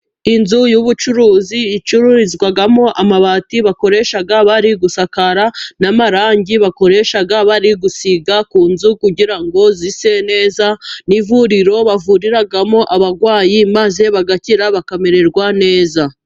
Inzu y'ubucuruzi icururizwamo amabati bakoresha bari gusakara, n'amarangi bakoresha bari gusiga ku nzu, kugira ngo zise neza, n'ivuriro bavuriramo abarwayi maze bagakira bakamererwa neza.